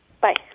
Bye